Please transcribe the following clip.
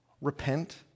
repent